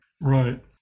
Right